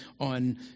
on